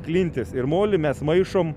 klintis ir molį mes maišom